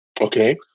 Okay